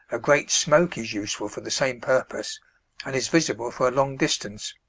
a great smoke is useful for the same purpose and is visible for a long distance.